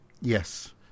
Yes